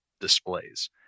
displays